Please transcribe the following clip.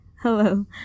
Hello